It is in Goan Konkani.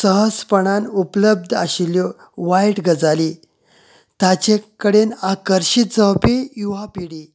सहजपणान उपलब्द आशिल्ल्यो वायट गजाली ताचे कडेन आकर्शीत जावपी युवा पिढी